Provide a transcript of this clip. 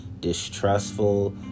distrustful